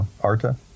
Arta